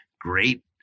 great